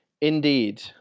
Indeed